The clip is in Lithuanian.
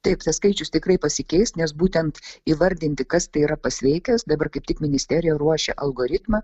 taip tas skaičius tikrai pasikeis nes būtent įvardinti kas tai yra pasveikęs dabar kaip tik ministerija ruošia algoritmą